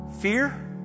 Fear